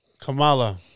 Kamala